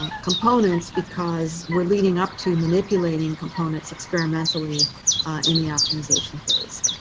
components because we're leading up to manipulating components experimentally in the optimization phase.